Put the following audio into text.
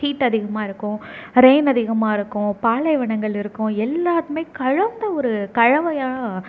heat அதிகமாக இருக்கும் rain அதிகமாக இருக்கும் பாலைவனங்கள் இருக்கும் எல்லாமே கலந்து ஒரு கலவையாக